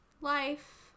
life